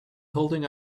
holding